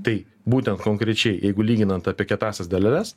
tai būtent konkrečiai jeigu lyginant apie kietąsias daleles